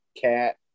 cat